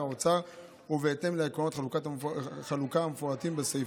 האוצר ובהתאם לעקרונות חלוקה המפורטים בסעיף,